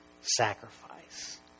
sacrifice